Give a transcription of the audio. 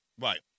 Right